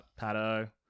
Pato